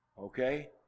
Okay